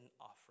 offering